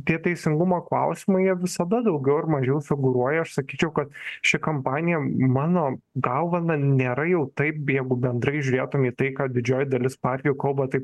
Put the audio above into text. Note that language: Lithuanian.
tie teisingumo klausimai jie visada daugiau ar mažiau figūruoja aš sakyčiau kad ši kampanija mano galva na nėra jau taip jeigu bendrai žiūrėtum į tai ką didžioji dalis partijų kalba taip